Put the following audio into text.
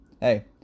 hey